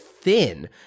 thin